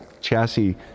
chassis